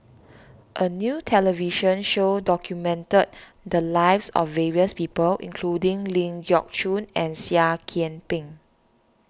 a new television show documented the lives of various people including Ling Geok Choon and Seah Kian Peng